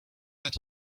that